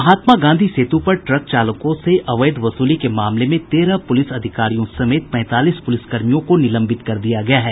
महात्मा गांधी सेतु पर ट्रक चालकों से अवैध वसूली के मामले में तेरह प्रलिस अधिकारियों समेत पैंतालीस पुलिस कर्मियों को निलंबित कर दिया गया है